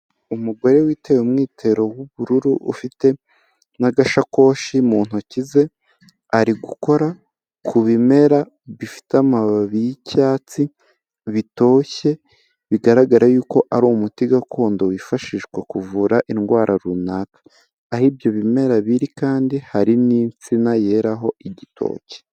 Umugore witeye umwitero w'ubururu ufite n'agashakoshi mu ntoki ze, ari gukora ku bimera bifite amababi yi'cyatsi bitoshye, bigaragara yuko ari umuti gakondo wifashishwa kuvura indwara runaka, aho ibyo bimera biri kandi hari n'insina yeraho igitoki.